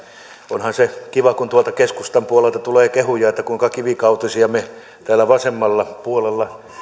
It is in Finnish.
onhan se kiva kun tuolta keskustan puolelta tulee kehuja että kuinka kivikautisia me täällä vasemmalla puolella